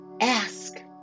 ask